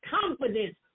confidence